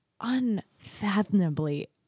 unfathomably